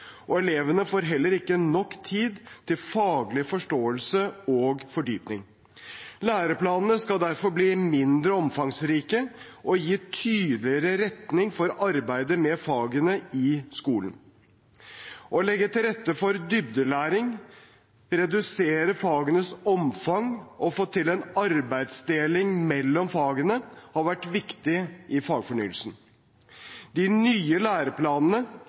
og elevene får heller ikke nok tid til faglig forståelse og fordypning. Læreplanene skal derfor bli mindre omfangsrike og gi tydeligere retning for arbeidet med fagene i skolen. Å legge til rette for dybdelæring, redusere fagenes omfang og få til en arbeidsdeling mellom fagene har vært viktig i fagfornyelsen. De nye læreplanene